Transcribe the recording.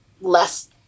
less